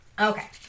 Okay